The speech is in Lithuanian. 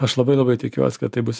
aš labai labai tikiuos kad tai bus